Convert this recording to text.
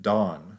Dawn